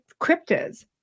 cryptids